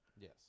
yes